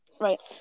Right